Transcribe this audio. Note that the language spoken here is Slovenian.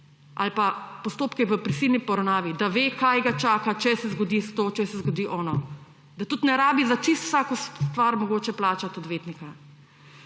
ali pa postopke v prisilni poravnavi, da ve, kaj ga čaka, če se zgodi to, če se zgodi ono. Da tudi ne rabi za čisto vsako stvar mogoče plačati odvetnika.